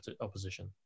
opposition